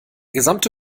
gesamte